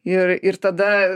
ir ir tada